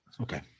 okay